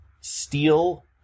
steel